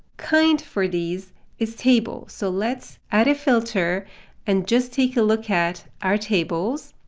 kind for these is table. so let's add a filter and just take a look at our tables.